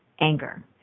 anger